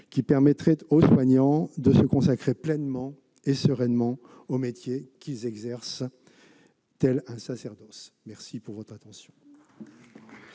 qui permettraient aux soignants de se consacrer pleinement et sereinement aux métiers qu'ils exercent comme un sacerdoce. La parole est